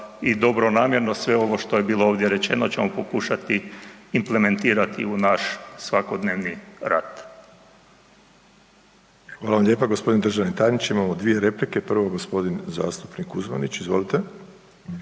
i dobronamjerno, sve ovo što je bilo ovdje rečeno ćemo pokušati implementirati u naš svakodnevni rad. **Ostojić, Rajko (SDP)** Hvala vam lijepa g. državni tajniče. Imamo dvije replike, prvu g. zastupnik Kuzmanić, izvolite.